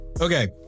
okay